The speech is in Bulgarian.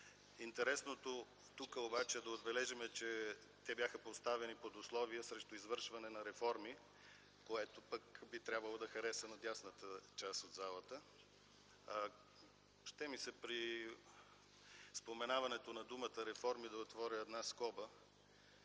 Интересното тук обаче е да отбележим, че те бяха поставени под условие за извършване на реформи, което пък би трябвало да хареса на дясната част от залата. Иска ми се при споменаването на думата „реформи” да отворя една скоба